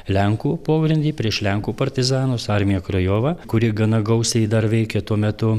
lenkų pogrindį prieš lenkų partizanus armija krajova kuri gana gausiai dar veikė tuo metu